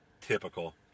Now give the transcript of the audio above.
Typical